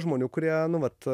žmonių kurie nu vat